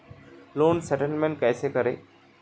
Loan settlement कैसे करें?